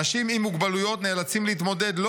אנשים עם מוגבלויות נאלצים להתמודד לא